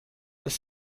dass